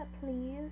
please